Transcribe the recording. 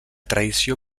tradició